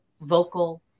vocal